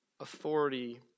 authority